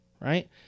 right